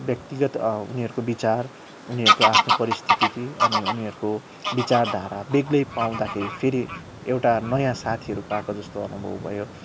व्यक्तिगत उनीहरूको विचार उनीहरूको आफ्नो परिस्थिति अनि उनीहरूको विचारधारा बेग्लै पाउँदाखेरि फेरि एउटा नयाँ साथीहरू पाएको जस्तो अनुभव भयो